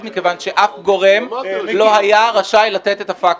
מכיוון שאף גורם לא היה רשאי לתת את הפקטור.